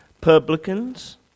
publicans